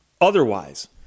otherwise